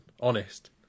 honest